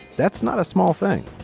that's not a small thing.